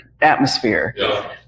atmosphere